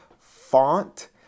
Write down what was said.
font